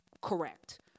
correct